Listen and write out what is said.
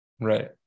Right